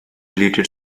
bleated